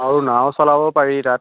আৰু নাও চলাব পাৰি তাত